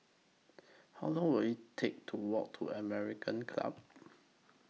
How Long Will IT Take to Walk to American Club